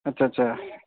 से सब नहि ने हेतै आहाँ लग